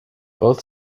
both